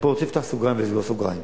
אני פה רוצה לפתוח סוגריים ולסגור סוגריים,